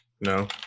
No